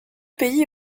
pays